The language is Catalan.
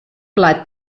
plat